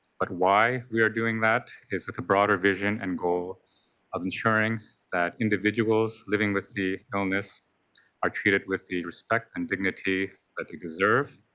but why we are doing that is with a broader vision and goal of ensuring that individuals living with the illness are treated with the respect and dignity that they deserve,